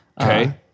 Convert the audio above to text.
Okay